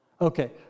okay